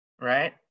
right